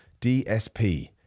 DSP